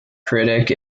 critic